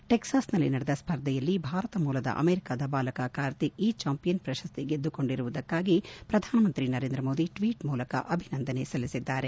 ಟೆಕ್ಸಾಸ್ನಲ್ಲಿ ನಡೆದ ಸ್ವರ್ಧೆಯಲ್ಲಿ ಭಾರತದ ಮೂಲದ ಅಮೆರಿಕಾದ ಬಾಲಕ ಕಾರ್ತಿಕ್ ಈ ಚಾಂಪಿಯನ್ ಪ್ರಶಸ್ತಿ ಗೆದ್ದುಕೊಂಡಿದ್ದಕ್ಕೆ ಪ್ರಧಾನಮಂತ್ರಿ ನರೇಂದ್ರ ಮೋದಿ ಟ್ಟೀಟ್ ಮೂಲಕ ಅಭಿನಂದಿಸಿದ್ದಾರೆ